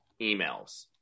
emails